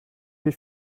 wie